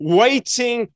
waiting